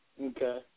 Okay